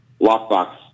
lockbox